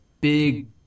big